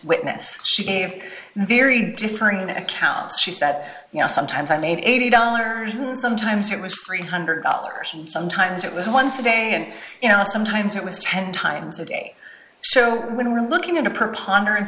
witness she gave very different accounts she said you know sometimes i made eighty dollars and sometimes it was three hundred dollars and sometimes it was once a day and you know sometimes it was ten times a day so when we're looking at a p